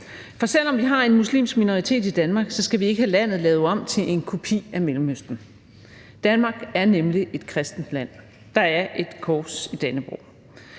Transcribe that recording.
Selv om vi har en muslimsk minoritet i Danmark, skal vi ikke have landet lavet om til en kopi af Mellemøsten. Danmark er nemlig et kristent land. Der er et kors i dannebrog.